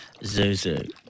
Zuzu